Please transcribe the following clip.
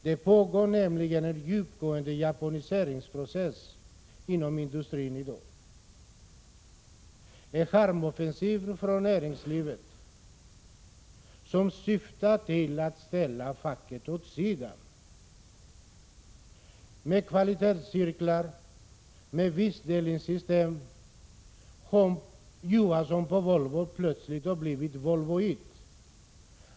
Det pågår nämligen en djupgående japaniseringsprocess inom industrin i dag, en charmoffensiv från näringslivet som syftar till att ställa facket åt sidan. Med kvalitetscirklar och vinstdelningssystem har Johansson på Volvo plötsligt kommit att bli Volvo 1.